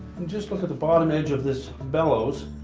and just look at the bottom edge of this bellows,